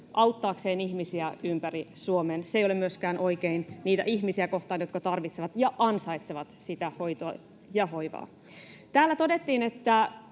auttaakseen ihmisiä ympäri Suomen. Se ei ole myöskään oikein niitä ihmisiä kohtaan, jotka tarvitsevat ja ansaitsevat hoitoa ja hoivaa. Täällä todettiin, että